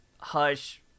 hush